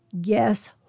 guess